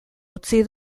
utzi